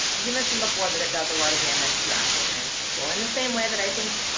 you mentioned before that it does a lot of damage to actual trans people, and the same way that i think,